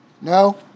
No